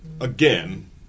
again